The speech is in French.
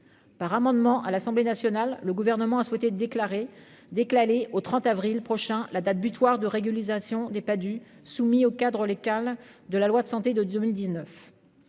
par amendement à l'Assemblée nationale, le gouvernement a souhaité déclarer dès que l'aller au 30 avril prochain la date butoir de régularisation des pas du soumis au Cadre les cales de la loi de santé de